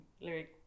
Lyric